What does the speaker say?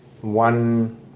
one